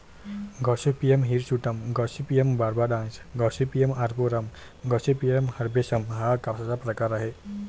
Gossypium hirsutum, Gossypium barbadense, Gossypium arboreum, Gossypium herbaceum हा कापसाचा प्रकार आहे